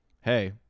Hey